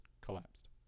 collapsed